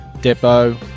depot